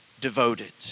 devoted